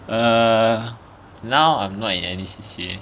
err now I'm not in any C_C_A